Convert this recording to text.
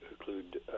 include